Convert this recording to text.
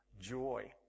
joy